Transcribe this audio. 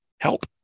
help